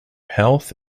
health